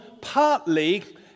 partly